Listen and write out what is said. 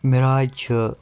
مِراج چھُ